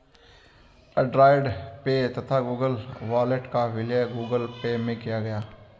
Android Pay तथा Google Wallet का विलय गूगल पे में किया गया